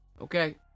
Okay